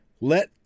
Let